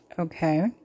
Okay